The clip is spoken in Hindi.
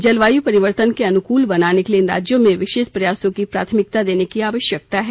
जलवायु परिवर्तन के अनुकूल बनाने के लिए इन राज्यों में विशेष प्रयासों को प्राथमिकता देने की आवश्यकता है